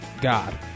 God